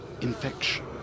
infection